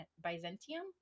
Byzantium